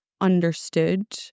understood